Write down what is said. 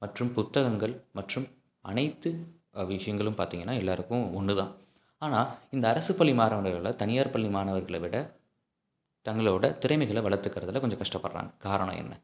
மற்றும் புத்தகங்கள் மற்றும் அனைத்து விஷயங்களும் பார்த்தீங்கன்னா எல்லோருக்கும் ஒன்று தான் ஆனால் இந்த அரசு பள்ளி மாணவர்கள் விட தனியார் பள்ளி மாணவர்களை விட தங்களோட திறமைகளை வளர்த்துக்கிறதில் கொஞ்சம் கஷ்டப்படுறாங்க காரணம் என்ன